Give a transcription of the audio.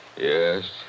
Yes